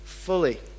fully